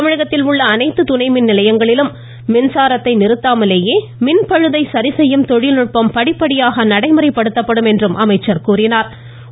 தமிழகத்திலுள்ள அனைத்து துணை மின் நிலையங்களிலும் மின்சாரத்தை நிறுத்தாமலேயே மின் பழுதை சரிசெய்யும் தொழில்நுட்பம் படிப்படியாக நடைமுறைப்படுத்தப்படும் என்றும் அவா கூறினாள்